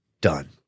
done